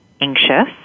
anxious